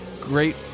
great